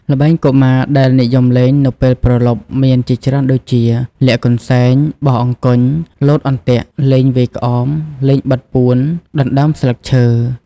ល្បែងកុមារដែលនិយមលេងនៅពេលព្រលប់មានជាច្រើនដូចជា លាក់កន្សែង បោះអង្គញ់ លោតអន្ទាក់ លេងវាយក្អម លេងបិទពួន ដណ្តើមស្លឹកឈើ ។